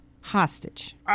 hostage